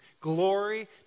glory